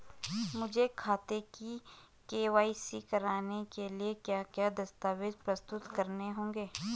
मुझे खाते की के.वाई.सी करवाने के लिए क्या क्या दस्तावेज़ प्रस्तुत करने होंगे?